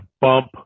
bump